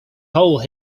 hole